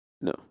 No